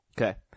Okay